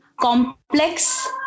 complex